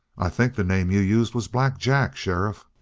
i think the name you used was black jack, sheriff?